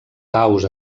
caos